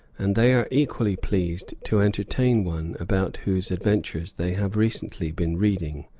and they are equally pleased to entertain one about whose adventures they have recently been reading.